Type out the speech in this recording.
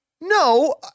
No